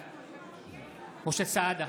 בעד משה סעדה,